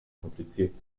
kompliziert